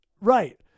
Right